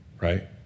right